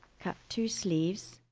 cut two sleeves